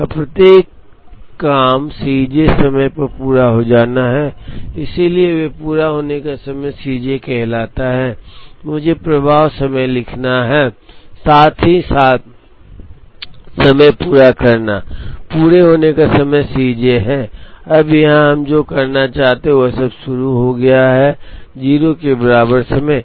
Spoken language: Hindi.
अब प्रत्येक काम C j समय पर पूरा हो जाता है इसलिए पूरा होने का समय C j कहलाता है मुझे प्रवाह समय लिखना है साथ ही साथ समय पूरा करना पूरा होने का समय C j है अब यहाँ हम जो करना चाहते हैं वह सब शुरू हो गया है 0 के बराबर समय